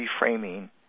reframing